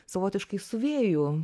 savotiškai su vėju